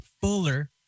Fuller